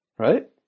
right